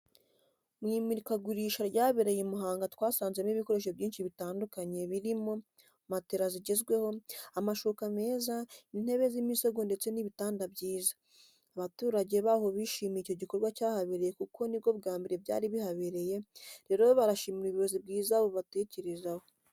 Mu imurikagurisha ryabereye i Muhanga twasanzemo ibikoresho byinshi bitandukanye: birimo matera zigezweho, amashuka meza, intebe z'imisego ndetse n'ibitanda byiza, abaturage baho bishimiye icyo gikorwa cyahabereye kuko ni bwo bwa mbere byari bihabereye, rero barashimira ubuyobozi bwiza bubatekerezaho.